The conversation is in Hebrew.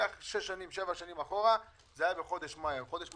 קח שש, שבע שנים אחורה, זה היה בחודש מאי.